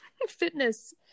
fitness